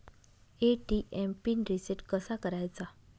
ATM PIN reset कसा करायचा?